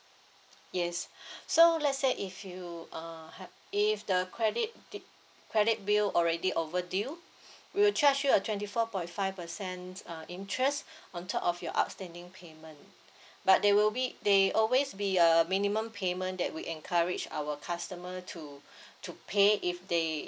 yes so let's say if you uh have if the credit dip credit bill already over due we will charge you a twenty four point five percent uh interest on top of your outstanding payment but there will be they always be a minimum payment that we encourage our customer to to pay if they